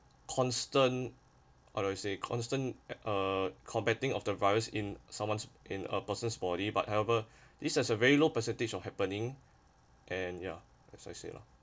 constant although how do i say constant uh combating of the virus in someone's in a person's body but however this as a very low percentage of happening and ya as I say lah